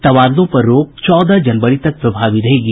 तबादलों पर रोक चौदह जनवरी तक प्रभावी रहेगी